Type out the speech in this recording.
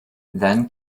then